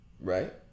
Right